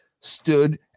stood